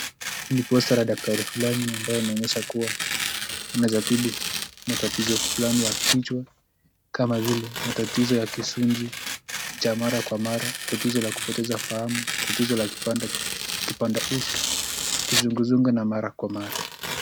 Ni poster la daktari fulani ambayo inaonyesha kuwa anaweza tibu matatizo fulani ya kichwa kama vile matatizo ya kisunzi cha mara kwa mara, tatizo la kupoteza fahamu ,tatizo la kipanda uso, kizunguzungu na mara kwa mara.